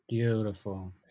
beautiful